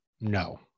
No